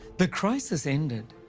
the crisis ended,